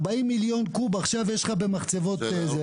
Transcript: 40 מיליון קוב עכשיו שיש לך במחצבות זה.